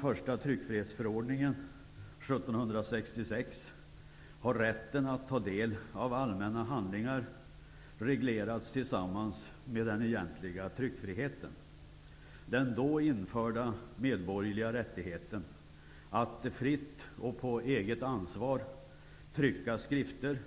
har rätten att ta del av allmänna handlingar reglerats tillsammans med den egentliga tryckfriheten. Den då nyinförda medborgerliga rättigheten att fritt och på eget ansvar trycka skrifter